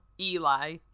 Eli